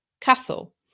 Castle